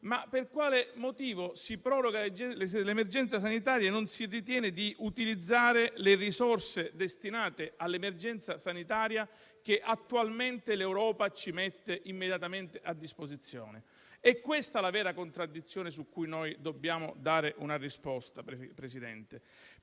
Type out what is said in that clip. di prorogare lo stato di emergenza sanitario e non si ritiene di utilizzare le risorse destinate all'emergenza sanitaria che attualmente l'Europa ci mette immediatamente a disposizione. È questa la vera contraddizione su cui dobbiamo dare una risposta, Presidente.